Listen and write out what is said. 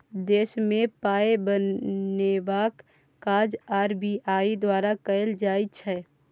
देशमे पाय बनेबाक काज आर.बी.आई द्वारा कएल जाइ छै